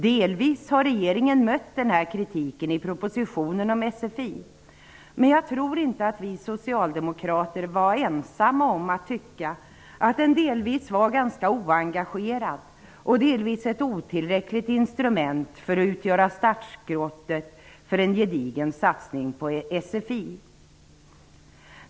Delvis har denna kritik bemötts i regeringens proposition om sfi, men jag tror inte att vi socialdemokrater var ensamma om att tycka att propositionen delvis var ganska oengagerad och ett otillräckligt instrument för att utgöra startskottet till en gedigen satsning på sfi.